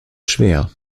schwer